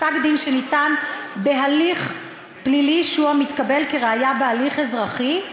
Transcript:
פסק-דין שניתן בהליך פלילי מתקבל כראיה בהליך אזרחי,